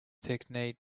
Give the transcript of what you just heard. technique